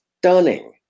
stunning